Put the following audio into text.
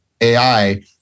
AI